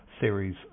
series